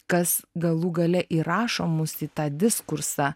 kas galų gale įrašo mus į tą diskursą